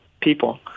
people